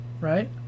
right